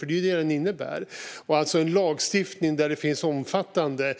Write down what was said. Det är nämligen det den innebär. Detta är alltså en lagstiftning på ett område där det finns omfattande